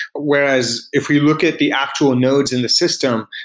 whereas, if we look at the actual nodes in the system,